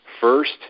first –